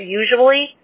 usually